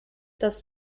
das